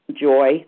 joy